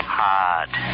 hard